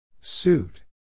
Suit